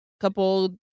couple